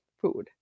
food